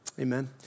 Amen